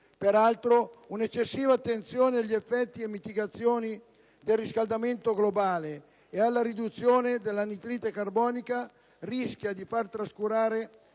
Peraltro, un'eccessiva attenzione agli effetti e mitigazioni del riscaldamento globale e alla riduzione dell'anidride carbonica rischia di far trascurare